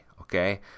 okay